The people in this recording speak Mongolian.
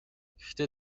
гэхдээ